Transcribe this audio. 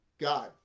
God